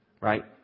right